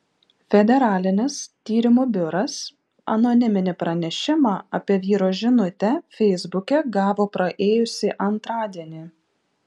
federalinis tyrimų biuras anoniminį pranešimą apie vyro žinutę feisbuke gavo praėjusį antradienį